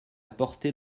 portée